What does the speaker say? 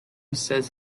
says